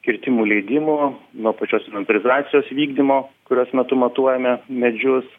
kirtimų leidimų nuo pačios inventorizacijos vykdymo kurios metu matuojame medžius